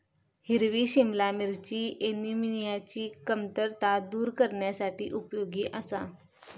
हिरवी सिमला मिरची ऍनिमियाची कमतरता दूर करण्यासाठी उपयोगी आसा